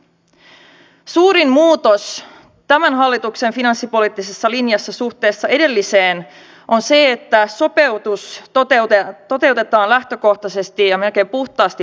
suurin muutos tämän hallituksen finanssipoliittisessa linjassa suhteessa edelliseen on se että sopeutus toteutetaan lähtökohtaisesti ja melkein puhtaasti menoleikkauksilla